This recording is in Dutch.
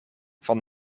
van